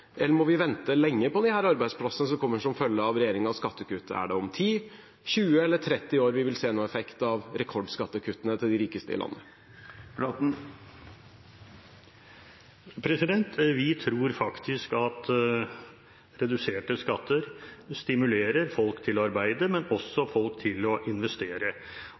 Eller må vi vente lenge på disse arbeidsplassene som kommer som en følge av regjeringens skattekutt? Er det om 10, 20 eller 30 år vi vil se noen effekt av rekordskattekuttene til de rikeste i landet? Vi tror faktisk at reduserte skatter stimulerer folk til å arbeide, men også til å investere.